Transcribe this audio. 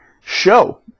show